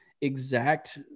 exact